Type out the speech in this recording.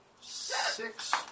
Six